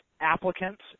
applicants